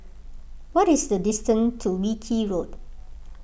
what is the distance to Wilkie Road